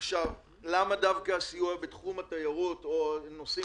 למה דווקא הסיוע בתחום התיירות או בנושאים